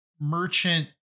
Merchant